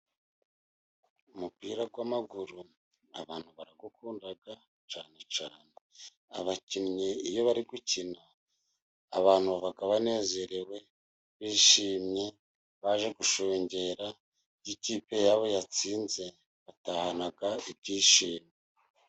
Umupira w'amaguru abantu baragukunda cyane cyane. Abakinnyi iyo bari gukina abantu baba banezerewe bishimye baje gushungera. Iyo ikipe yabo yatsinze batahana ibyishimo.